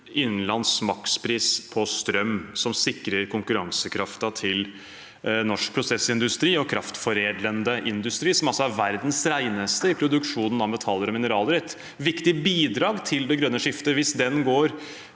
innenlands makspris på strøm som sikrer konkurransekraften til norsk prosessindustri og kraftforedlende industri, som altså er verdens reneste i produksjonen av metaller og mineraler, og et viktig bidrag til det grønne skiftet. Hvis den går